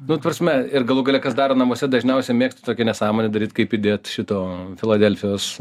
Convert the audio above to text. nu ta prasme ir galų gale kas daro namuose dažniausiai mėgsta tokią nesąmonę daryt kaip įdėt šito filadelfijos